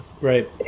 Right